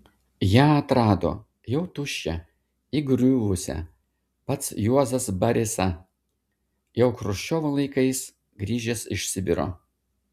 ją atrado jau tuščią įgriuvusią pats juozas barisa jau chruščiovo laikais grįžęs iš sibiro